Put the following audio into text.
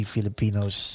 Filipinos